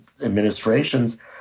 administrations